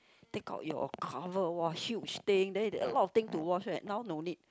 take out your cover !woah! huge thing then a lot of things to wash leh now no need